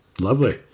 Lovely